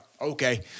Okay